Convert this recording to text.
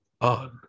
on